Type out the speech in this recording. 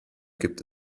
gibt